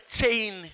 chain